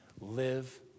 live